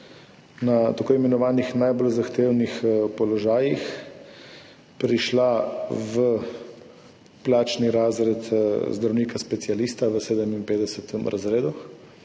na tako imenovanih najbolj zahtevnih položajih prišla v plačni razred zdravnika specialista v 57. razredu